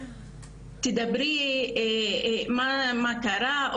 כשהוא מבקש ממנה לספר מה קרה,